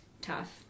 Tough